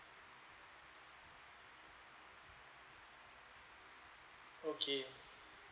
okay